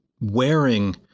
wearing